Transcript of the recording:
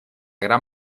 gran